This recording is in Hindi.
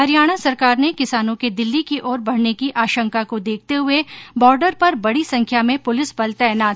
हरियाणा सरकार ने किसानों के दिल्ली की ओर बढने की आशंका को देखते हुये बॉर्डर पर बड़ी संख्या में पुलिस बल तैनात किया है